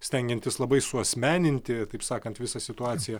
stengiantis labai suasmeninti taip sakant visą situaciją